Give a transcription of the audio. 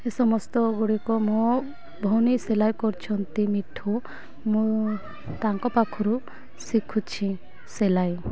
ଏ ସମସ୍ତ ଗୁଡ଼ିକ ମୋ ଭଉଣୀ ସେଲେଇ କରୁଛନ୍ତି ମିଠୁ ମୁଁ ତାଙ୍କ ପାଖରୁ ଶିଖୁଛି ସେଲେଇ